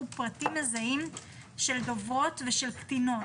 פרטים מזהים של דוברות ושל קטינות,